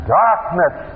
darkness